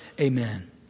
Amen